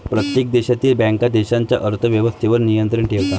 प्रत्येक देशातील बँका देशाच्या अर्थ व्यवस्थेवर नियंत्रण ठेवतात